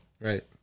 Right